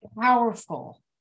powerful